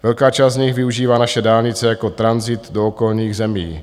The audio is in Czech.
Velká část z nich využívá naše dálnice jako tranzit do okolních zemí.